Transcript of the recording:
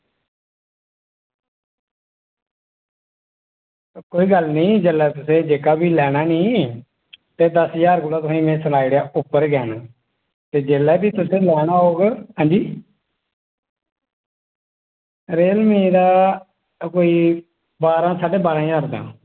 कोई गल्ल निं जेल्लै तुसें जेह्का बी लेना निं ते दस्स ज्हार कोला में तुसें गी सनाई ओड़ेआ उप्पर गै न ते जेल्लै बी तुसें औना होग रियलमी दा कोई बारां साड्ढे बारां ज्हार रपेऽ दा